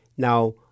Now